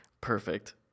Perfect